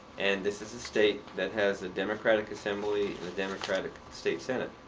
and this is a state that has a democratic assembly and a democratic state senate.